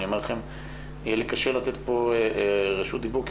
אני כבר אומר לכם שיהיה לי קשה לתת רשות דיבור כי